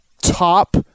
top